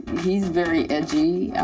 he's very edgy,